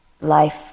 Life